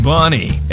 Bonnie